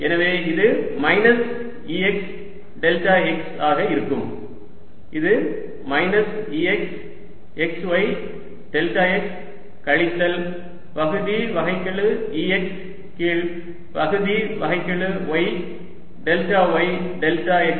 எனவே இது minus Ex delta x ஆக இருக்கும் இது minus Ex x y delta x கழித்தல் பகுதி வகைக்கெழு Ex கீழ் பகுதி வகைக்கெழு y delta y delta x ஆக இருக்கும்